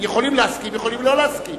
יכולים להסכים, יכולים לא להסכים.